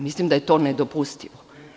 Mislim da je to nedopustivo.